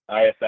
ISS